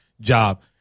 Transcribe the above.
job